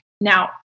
now